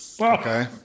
Okay